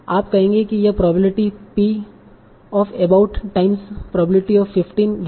आप कहेंगे कि यह प्रोबेबिलिटी P टाइम्स P15